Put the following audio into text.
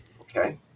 Okay